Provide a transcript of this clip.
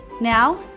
Now